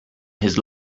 his